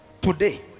today